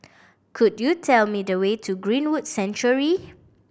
could you tell me the way to Greenwood Sanctuary